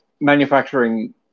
manufacturing